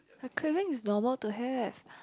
I craving is normal to have